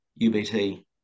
UBT